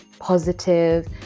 positive